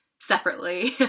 separately